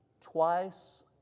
Twice